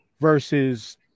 versus